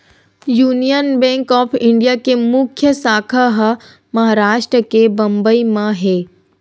union bank of India के मुख्य साखा ह महारास्ट के बंबई म हे